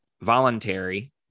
voluntary